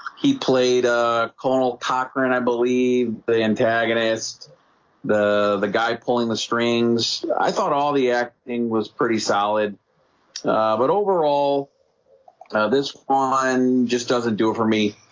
he played a conal cochran i believe the antagonist the the guy pulling the strings. i thought all the acting was pretty solid but overall this one just doesn't do it for me